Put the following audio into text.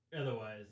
otherwise